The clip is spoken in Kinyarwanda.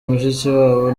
mushikiwabo